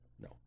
no